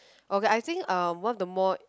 okay I think uh one of the more